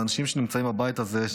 לאנשים שנמצאים בבית הזה.